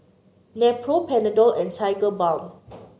Nepro Panadol and Tigerbalm